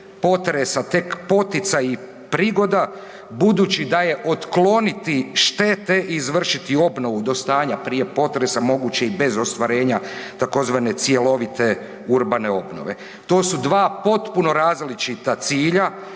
potresa tek poticaji i prigoda budući da je otkloniti štete i izvršiti obnovu do stanja prije potresa moguće i bez ostvarenja tzv. cjelovite urbane obnove. To su dva potpuno različita cilja,